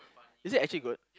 is it actually good